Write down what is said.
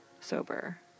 sober